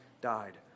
died